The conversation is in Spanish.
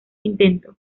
intento